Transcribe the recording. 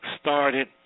started